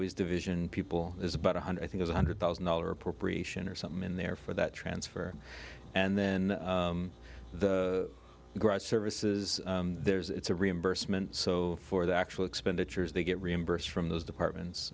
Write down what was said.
was division people is about one hundred i think one hundred thousand dollars appropriation or something in there for that transfer and then the grant service is there's it's a reimbursement so for the actual expenditures they get reimbursed from those departments